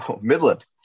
midland